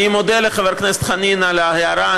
אני מודה לחבר הכנסת חנין על ההערה.